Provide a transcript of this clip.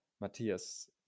Matthias